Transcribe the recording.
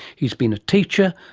he's been a teacher,